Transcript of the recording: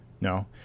No